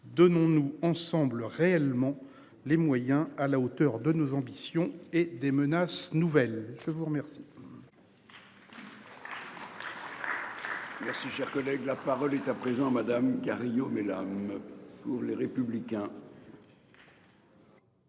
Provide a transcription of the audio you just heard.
Donnons-nous ensemble réellement les moyens à la hauteur de nos ambitions et des menaces nouvelles, je vous remercie.